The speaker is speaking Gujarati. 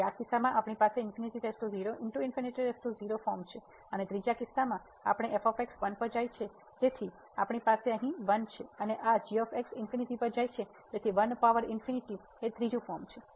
તેથી આ કિસ્સામાં આપણી પાસે ફોર્મ છે અને ત્રીજા કિસ્સામાં આપણે f 1 પર જાય છે તેથી આપણી પાસે અહીં 1 છે અને આ g ∞ પર જાય છે તેથી 1 પાવર ઇંફિનિટી ત્રીજું ફોર્મ છે